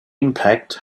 impact